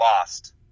Lost